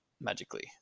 magically